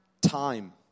time